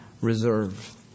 reserve